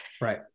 Right